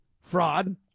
fraud